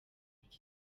iki